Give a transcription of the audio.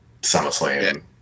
SummerSlam